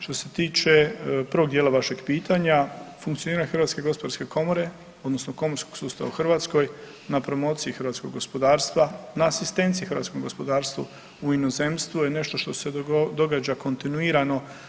Što se tiče drugog dijela vašeg pitanja, funkcioniranje HGK odnosno komorskog sustava u Hrvatskoj na promociji hrvatskog gospodarstva, na asistenciji hrvatskom gospodarstvu u inozemstvu je nešto što se događa kontinuirano.